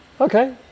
okay